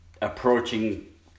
approaching